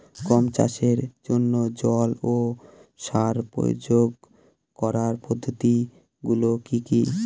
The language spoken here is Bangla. গম চাষের জন্যে জল ও সার প্রয়োগ করার পদ্ধতি গুলো কি কী?